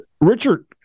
Richard